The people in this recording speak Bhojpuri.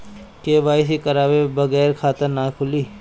के.वाइ.सी करवाये बगैर खाता नाही खुली?